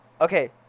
okay